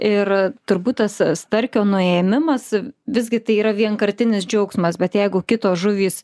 ir turbūt tas starkio nuėmimas visgi tai yra vienkartinis džiaugsmas bet jeigu kitos žuvys